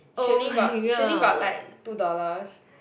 she only got she only got like two dollars